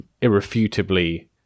irrefutably